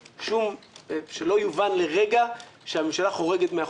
שלא יובן לרגע שהממשלה חורגת מהחוק,